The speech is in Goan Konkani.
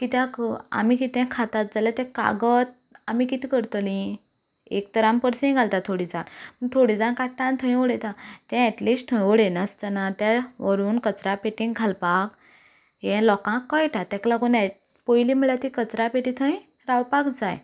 कित्याक आमी कितेंय खातात जाल्यार तें कागद आमी कितें करतलीं एक तर आमी पर्सींत घालतात थोडीं जाणां थोडीं जाणां काडटा आनी थंय उडयतात तें एटलीस्ट थंय उडयनास्तना तें व्हरून कचऱ्या पेटींत घालपाक ह्या लोकांक कळटा ताका लागून हें पयलीं म्हणल्यार ती कचऱ्या पेटी थंय रावपाक जाय